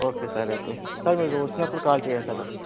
okay sir అయితే sir మీరు వచ్చినప్పుడు కాల్ చేయండి సార్